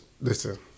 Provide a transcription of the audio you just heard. listen